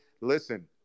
Listen